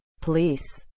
Police